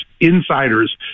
insiders